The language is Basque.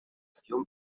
zion